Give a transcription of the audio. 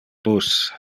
bus